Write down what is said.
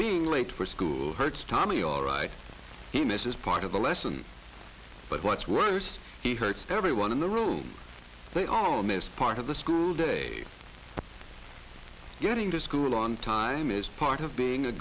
being late for school hurts tommy all right he misses part of the lesson but what's worse he heard everyone in the room say on this part of the school day getting to school on time is part of being a